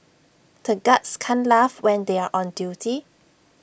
the guards can't laugh when they are on duty